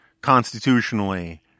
constitutionally